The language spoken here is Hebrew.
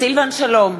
סילבן שלום,